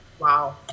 Wow